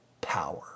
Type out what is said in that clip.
power